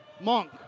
Monk